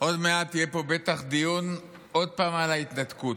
עוד מעט יהיה פה בטח דיון עוד פעם על ההתנתקות.